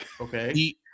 Okay